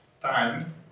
time